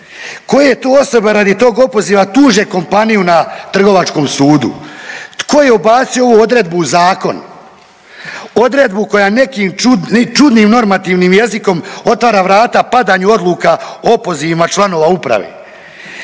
Koje to osobe radi tog opoziva tuže kompaniju na trgovačkom sudu? Tko je ubacio ovu odredbu u zakon? Odredbu koja nekim čudnim normativnim jezikom otvara vrata padanju odluka o opozivima članova uprave.